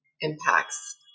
impacts